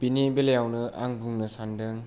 बिनि बेलायावनो आं बुंनो सान्दों